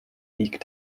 league